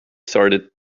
started